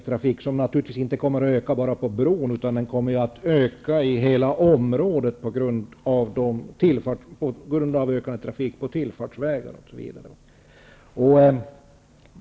Biltrafiken kommer naturligtvis inte bara att öka på bron, utan den kommer att öka i hela området, på tillfartsvägar osv.